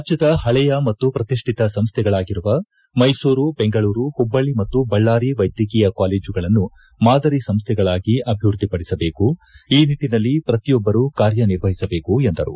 ರಾಜ್ಯದ ಹಳಿಯ ಮತ್ತು ಪ್ರತಿಷ್ಠಿತ ಸಂಸ್ಥೆಗಳಾಗಿರುವ ಮೈಸೂರು ಬೆಂಗಳೂರು ಹುಬ್ಬಳ್ಳಿ ಮತ್ತು ಬಳ್ಳಾರಿ ವೈದ್ಯಕೀಯ ಕಾಲೇಜುಗಳನ್ನು ಮಾದರಿ ಸಂಸ್ಥೆಗಳಾಗಿ ಅಭಿವೃದ್ಧಿಪಡಿಸಬೇಕು ಈ ನಿಟ್ವಿನಲ್ಲಿ ಪ್ರತಿಯೊಬ್ಬರು ಕಾರ್ಯನಿರ್ವಹಿಸಬೇಕು ಎಂದರು